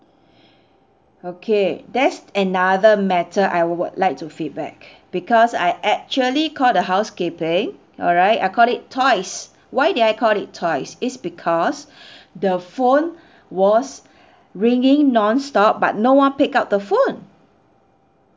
okay that's another matter I would like to feedback because I actually called the housekeeping alright I called it twice why did I called it twice is because the phone was ringing non stop but no one picked up the phone